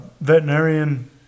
veterinarian